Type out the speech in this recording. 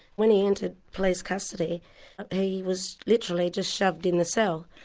when he entered police custody he was literally just shoved in the cell.